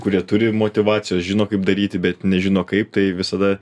kurie turi motyvacijos žino kaip daryti bet nežino kaip tai visada